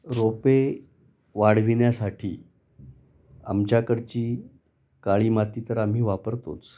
रोपे वाढविण्यासाठी आमच्याकडची काळी माती तर आम्ही वापरतोच